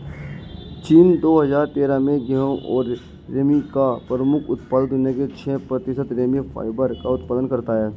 चीन, दो हजार तेरह में गेहूं और रेमी का प्रमुख उत्पादक, दुनिया के छह प्रतिशत रेमी फाइबर का उत्पादन करता है